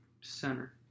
center